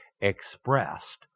expressed